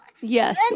Yes